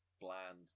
bland